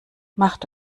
macht